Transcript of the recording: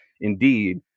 indeed